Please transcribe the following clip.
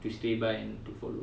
to stay by and to follow